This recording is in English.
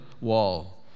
wall